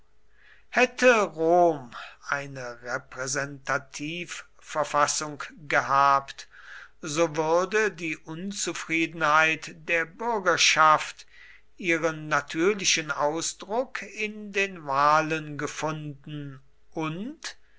hätte rom eine repräsentativverfassung gehabt so würde die unzufriedenheit der bürgerschaft ihren natürlichen ausdruck in den wahlen gefunden und